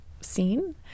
scene